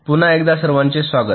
पुन्हा एकदा सर्वांचे स्वागत